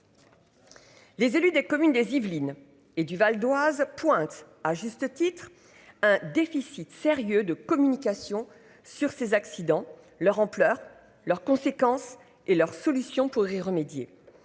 Les élus des communes des Yvelines et du Val-d Oise pointe à juste titre un déficit sérieux de communication sur ces accidents leur ampleur leurs conséquences et leurs solutions pour y remédier,